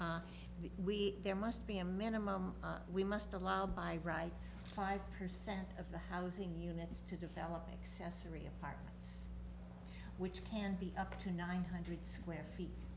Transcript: the week there must be a minimum we must allow by right five percent of the housing units to develop accessory apartments which can be up to nine hundred square feet